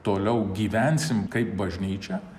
toliau gyvensim kaip bažnyčia